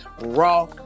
raw